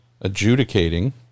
adjudicating